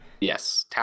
Yes